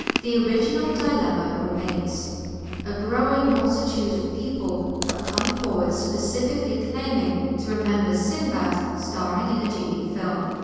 the original dilemma remains a growing multitude of people have come forward specifically claiming to remember sinbad starring in a genie film.